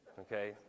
Okay